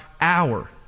hour